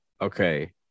okay